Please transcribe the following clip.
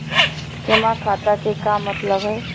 जमा खाता के का मतलब हई?